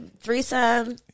threesome